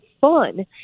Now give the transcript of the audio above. fun